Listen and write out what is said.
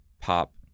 pop